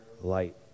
light